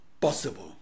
possible